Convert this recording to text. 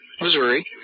Missouri